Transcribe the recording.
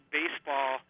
baseball